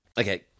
Okay